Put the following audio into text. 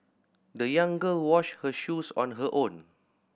the young girl washed her shoes on her own